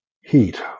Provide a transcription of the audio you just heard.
heat